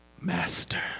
Master